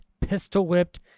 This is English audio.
pistol-whipped